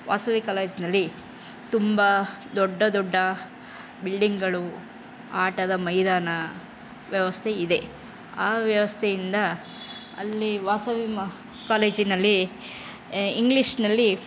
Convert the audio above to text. ವಾಸವಿ ಕಾಲೇಜಿನಲ್ಲಿ ತುಂಬ ದೊಡ್ಡ ದೊಡ್ಡ ಬಿಲ್ಡಿಂಗುಗಳು ಆಟದ ಮೈದಾನ ವ್ಯವಸ್ಥೆ ಇದೆ ಆ ವ್ಯವಸ್ಥೆಯಿಂದ ಅಲ್ಲಿ ವಾಸವಿ ಮ ಕಾಲೇಜಿನಲ್ಲಿ ಇಂಗ್ಲಿಷಿನಲ್ಲಿ